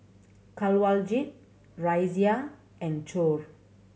Kanwaljit Razia and Choor